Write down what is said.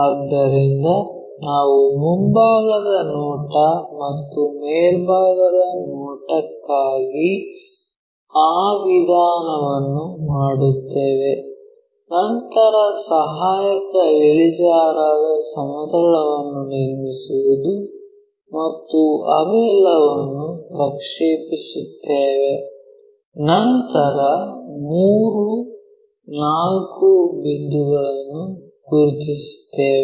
ಆದ್ದರಿಂದ ನಾವು ಮುಂಭಾಗದ ನೋಟ ಮತ್ತು ಮೇಲ್ಭಾಗದ ನೋಟಕ್ಕಾಗಿ ಆ ವಿಧಾನವನ್ನು ಮಾಡುತ್ತೇವೆ ನಂತರ ಸಹಾಯಕ ಇಳಿಜಾರಾದ ಸಮತಲವನ್ನು ನಿರ್ಮಿಸುವುದು ಮತ್ತು ಅವೆಲ್ಲವನ್ನೂ ಪ್ರಕ್ಷೇಪಿಸುತ್ತೇವೆ ನಂತರ 3 4 ಬಿಂದುವನ್ನು ಗುರುತಿಸುತ್ತೇವೆ